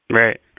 Right